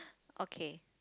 okay